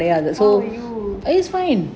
how are you